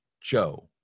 Joe